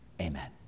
Amen